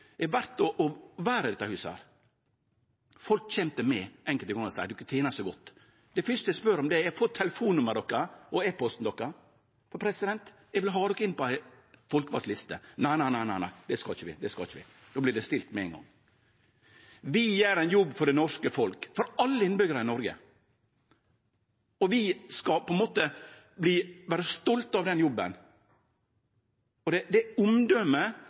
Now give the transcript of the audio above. er verde å vere i dette huset. Folk kjem til meg enkelte gonger og seier at vi tener så godt. Det første eg spør om, er om å få telefonnummeret deira, e-posten deira, for eg vil ha dei inn på ei folkevald liste. Nei, nei, det skal dei ikkje, då vert det stille med ein gong. Vi gjer ein jobb for det norske folk, for alle innbyggjarane i Noreg, og vi skal vere stolte av den jobben. Det er omdømet